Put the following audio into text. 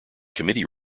committee